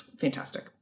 Fantastic